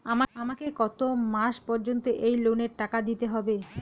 আমাকে কত মাস পর্যন্ত এই লোনের টাকা দিতে হবে?